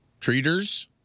treaters